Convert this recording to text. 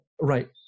Right